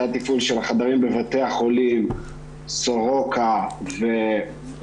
זה התפעול של החדרים בבתי החולים סורוקה והדסה,